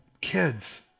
kids